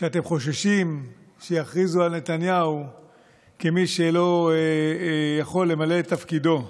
שאתם חוששים שיכריזו על נתניהו כמי שלא יכול למלא את תפקידו.